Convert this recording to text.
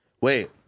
Wait